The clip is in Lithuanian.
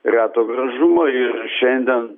reto gražumo ir šiandien